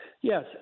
yes